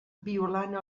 violant